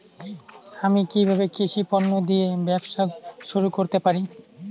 আমি কিভাবে কৃষি পণ্য দিয়ে ব্যবসা শুরু করতে পারি?